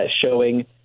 showing